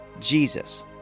Jesus